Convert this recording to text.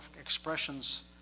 expressions